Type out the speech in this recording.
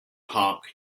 park